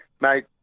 mate